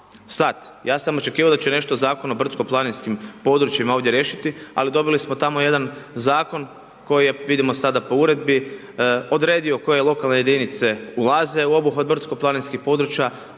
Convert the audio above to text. Sad, ja sam očekivao da će nešto Zakon o brdsko-planinskim područjima ovdje riješiti, ali dobili smo tamo jedan zakon, koji je, vidimo sada po uredbi odredio koje lokalne jedinice ulaze u obuhvat brdsko-planinskih područja